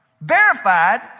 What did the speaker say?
verified